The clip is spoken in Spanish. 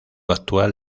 actual